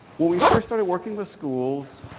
when we first started working with schools,